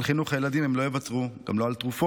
על חינוך הילדים הם לא יוותרו, גם לא על תרופות,